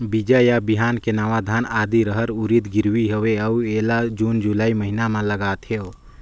बीजा या बिहान के नवा धान, आदी, रहर, उरीद गिरवी हवे अउ एला जून जुलाई महीना म लगाथेव?